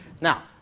now